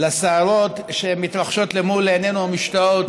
לסערות שמתרחשות למול עינינו המשתאות